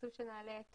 נעלה את